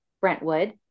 Brentwood